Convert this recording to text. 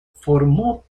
formó